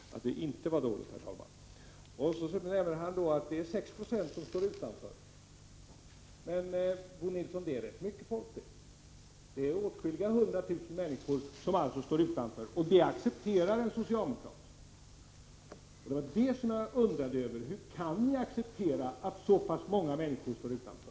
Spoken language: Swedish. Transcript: Herr talman! Nu förtydligar sig Bo Nilsson. Han framhåller att han inte sade att systemet var bra utan att det inte var dåligt. Han nämner att 6 96 står utanför arbetslöshetsförsäkringen. Men, Bo Nilsson, det är rätt många människor. Åtskilliga hundratusen människor står alltså utanför den här försäkringen — och det accepterar en socialdemokrat. Vad jag undrade över var just hur ni socialdemokrater kan acceptera att så pass många människor 13 står utanför.